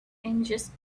images